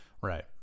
Right